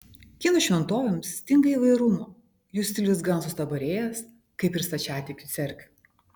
kinų šventovėms stinga įvairumo jų stilius gana sustabarėjęs kaip ir stačiatikių cerkvių